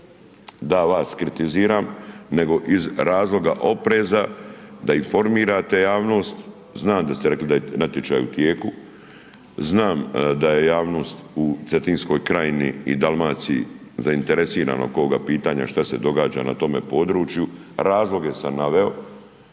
da vas kritiziram nego iz razloga opreza da informirate javnost. Znam da ste rekli da je natječaj u tijeku, znam da je javnost u Cetinskoj krajini i Dalmaciji zainteresirana oko ovoga pitanja šta se događa na tome području, razloge sam naveo,